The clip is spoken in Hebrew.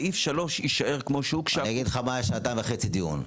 סעיף 3 יישאר כמו שהוא --- אני אגיד לך מה היה שעתיים וחצי דיון.